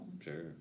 Sure